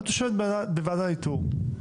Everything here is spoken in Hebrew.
את יושבת בוועדת איתור.